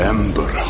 Ember